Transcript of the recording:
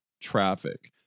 traffic